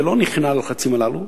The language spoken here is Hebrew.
ולא נכנע ללחצים הללו.